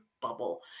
bubble